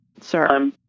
sir